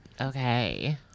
Okay